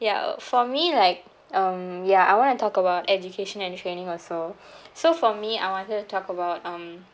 ya for me like um ya I want to talk about education and training also so for me I wanted to talk about um